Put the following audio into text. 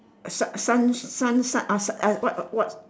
sun sun sun sun sun ah what what what